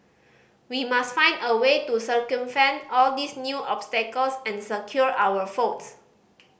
we must find a way to all these new obstacles and secure our